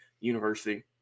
University